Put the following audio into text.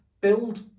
build